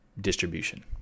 distribution